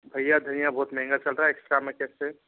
भैया धनिया बहुत महँगा चल रहा एक्स्ट्रा में कैसे